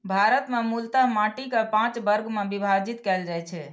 भारत मे मूलतः माटि कें पांच वर्ग मे विभाजित कैल जाइ छै